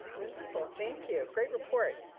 wonderful, thank you, great report.